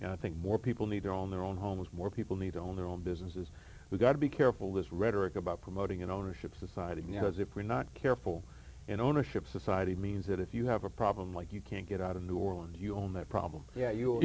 know i think more people need to own their own homes more people need to own their own businesses we've got to be careful this rhetoric about promoting an ownership society has if we're not careful an ownership society means that if you have a problem like you can't get out of new orleans you own that problem yeah you